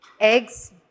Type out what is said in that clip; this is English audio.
Eggs